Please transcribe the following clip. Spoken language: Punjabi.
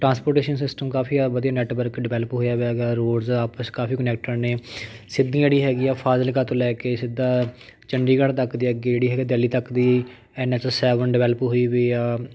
ਟਰਾਂਸਪੋਰਟੇਸ਼ਨ ਸਿਸਟਮ ਕਾਫ਼ੀ ਜ਼ਿਆਦਾ ਵਧੀਆ ਨੈੱਟਵਰਕ ਡਿਵੈਲਪ ਹੋਇਆ ਵਾ ਹੈਗਾ ਰੋਡਸ ਆਪਸ 'ਚ ਕਾਫ਼ੀ ਕਨੈੱਕਟਿਡ ਨੇ ਸਿੱਧੀਆਂ ਜਿਹੜੀ ਹੈਗੀ ਆ ਫਾਜ਼ਿਲਕਾ ਤੋਂ ਲੈ ਕੇ ਸਿੱਧਾ ਚੰਡੀਗੜ੍ਹ ਤੱਕ ਦੇ ਅੱਗੇ ਜਿਹੜੀ ਹੈਗਾ ਦਿੱਲੀ ਤੱਕ ਦੀ ਐਨ ਐੱਸ ਸੈਵਨ ਡਿਵੈਲਪ ਹੋਈ ਵੀ ਆ